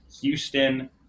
Houston